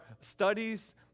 studies